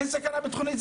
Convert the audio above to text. אין סכנה ביטחונית?